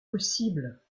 possible